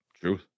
True